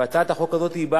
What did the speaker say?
אתה יוזם שלו.